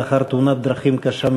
לאחר תאונת דרכים קשה,